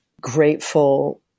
grateful